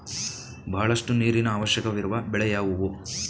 ಬಹಳಷ್ಟು ನೀರಿನ ಅವಶ್ಯಕವಿರುವ ಬೆಳೆ ಯಾವುವು?